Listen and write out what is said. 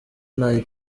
nta